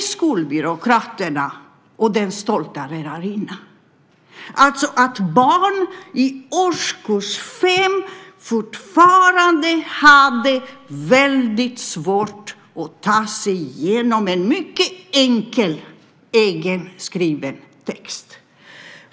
Skolbyråkraterna och den stolta lärarinnan såg inte att barn i årskurs 5 fortfarande hade väldigt svårt att ta sig igenom en mycket enkel av barnen själva skriven text.